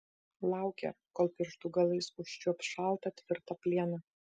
laukė kol pirštų galais užčiuops šaltą tvirtą plieną